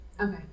Okay